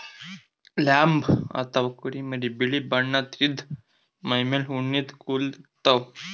lamb ಅಥವಾ ಕುರಿಮರಿ ಬಿಳಿ ಬಣ್ಣದ್ ಇದ್ದ್ ಮೈಮೇಲ್ ಉಣ್ಣಿದ್ ಕೂದಲ ಇರ್ತವ್